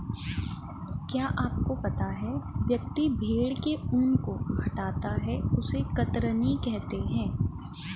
क्या आपको पता है व्यक्ति भेड़ के ऊन को हटाता है उसे कतरनी कहते है?